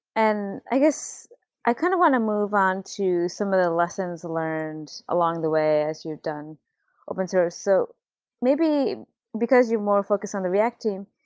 and i guess i kind of want to move on to some of the lessons learned along the way as you've done open-source. so maybe because you're more focused on the react team,